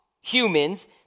humans